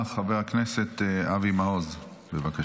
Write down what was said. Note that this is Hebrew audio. חבר הכנסת אבי מעוז, בבקשה.